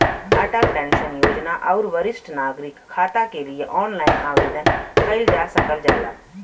Atal pension योजना आउर वरिष्ठ नागरिक खाता के लिए ऑनलाइन आवेदन कइल जा सकल जाला